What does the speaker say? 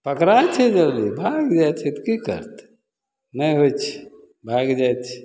पकड़ाइ छै जल्दी भागि जाइ छै तऽ कि करतै नहि होइ छै भागि जाइ छै